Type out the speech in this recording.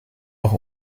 noch